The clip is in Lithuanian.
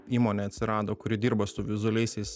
įmonė atsirado kuri dirba su vizualiaisiais